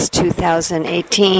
2018